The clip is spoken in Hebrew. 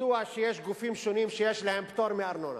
ידוע שיש גופים שונים שיש להם פטור מארנונה.